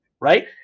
right